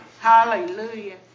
Hallelujah